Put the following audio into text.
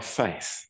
faith